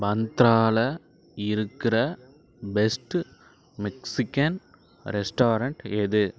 பாந்த்ராவில் இருக்கிற best Mexican restaurant எது